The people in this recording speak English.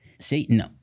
Satan